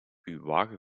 wagen